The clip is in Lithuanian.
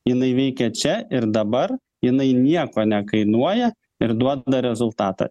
jinai veikia čia ir dabar jinai nieko nekainuoja ir duoda rezultatą